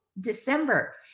december